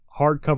hardcover